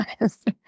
honest